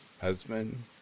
Husband